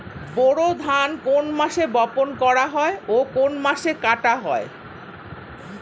বোরো ধান কোন মাসে বপন করা হয় ও কোন মাসে কাটা হয়?